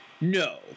No